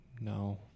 No